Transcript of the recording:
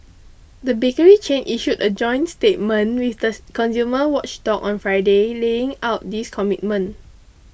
the bakery chain issued a joint statement with this consumer watchdog on Friday laying out these commitments